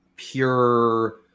pure